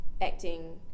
acting